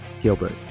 gilbert